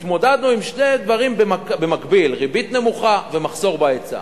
התמודדנו עם שני דברים במקביל: ריבית נמוכה ומחסור בהיצע.